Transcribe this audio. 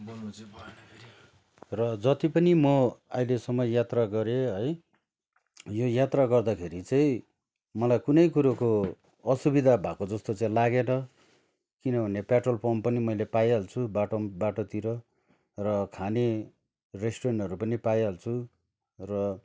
र जति पनि म अहिलेसम्म यात्रा गरेँ है यो यात्रा गर्दाखेरि चाहिँ मलाई कुनै कुरोको असुविधा भएको जस्तो चाहिँ लागेन किनभने प्याट्रोलपम्प पनि मैले पाइहाल्छु बाटोम बाटोतिर र खाने रेस्टुरेन्ट हरू पनि पाइहाल्छु र